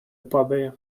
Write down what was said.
падає